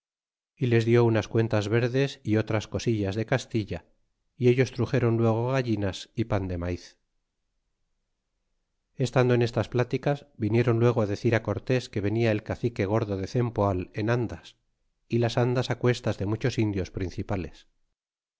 y les dió unas cuentas verdes é otras cosillas de castilla y ellos truxéron luego gallinas y pan de maiz y estando en estas pláticas viniéron luego decir cortés que venia el cacique gordo de cempoal en andas y las andas cuestas de muchos indios principales